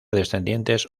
descendientes